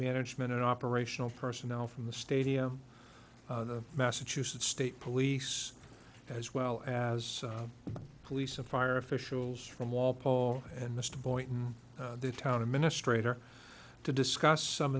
management and operational personnel from the stadium the massachusetts state police as well as police and fire officials from walpole and mr boynton the town administrator to discuss some